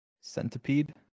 centipede